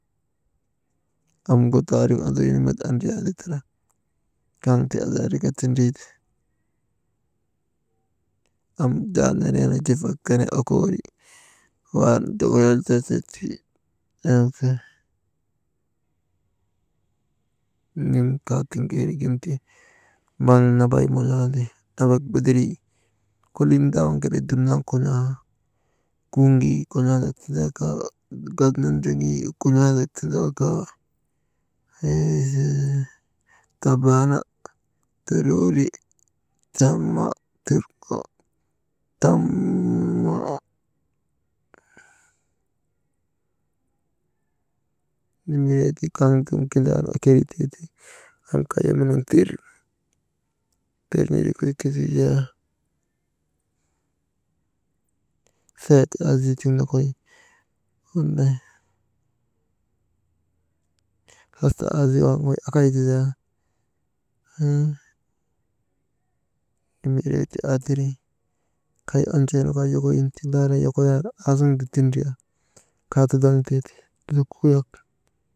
Amgu taariŋ anduynu met andriyandi tara, kaŋ ti adaarika tindriite, am jaa neneenu jufak tene okoori, wan deyel sesesti, «Hesitation» maŋ nambay moyandi, maŋ bedirii kolii nindaa waŋ kelee dumnan kon̰aa kuŋgii kon̰aandak tindaa kaa, gat nondroŋii kon̰aandak tindaa kaa, hee se tabana tololi tama tammo nimiree ti kaŋ dum kindriyarnu ekeyitee ti, an kay nun ner dir bee kinii kaa seeti aa zii tiŋ nokoy hasa aaziiwaŋ wey akay ti zaa, nimiree ti aa tiri, kay andrin kaa yokoyin ti laala yokoyan kaa tudaŋ tee ti kasi kukuyak.